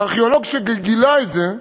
הארכיאולוג שגילה את זה,